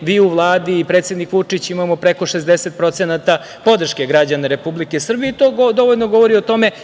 vi u Vladi i predsednik Vučić, imamo preko 60% podrške građana Republike Srbije. To dovoljno govori o tome